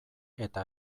eta